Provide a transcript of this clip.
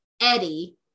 Eddie